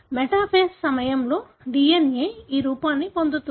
metaphase సమయంలో DNA ఈ రూపాన్ని పొందుతుంది